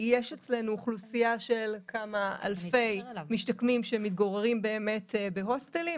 יש אצלנו אוכלוסייה של אלפי משתקמים שמתגוררים בהוסטלים,